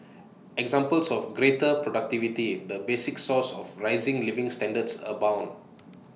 examples of greater productivity the basic source of rising living standards abound